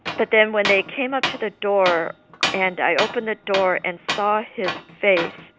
but then when they came up to the door and i opened the door and saw his face,